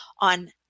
on